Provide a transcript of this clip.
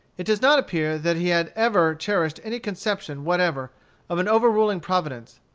it does not appear that he had ever cherished any conception whatever of an overruling providence.